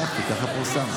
לא לקחתי, כך פורסם.